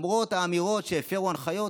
למרות האמירות שהפרו הנחיות,